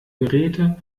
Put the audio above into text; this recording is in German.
geräte